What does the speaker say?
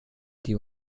die